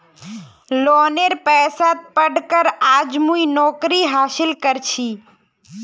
लोनेर पैसात पढ़ कर आज मुई नौकरी हासिल करील छि